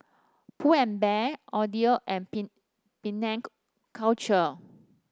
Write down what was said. Pull and Bear Audi and Penang Culture